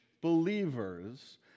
believers